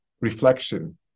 reflection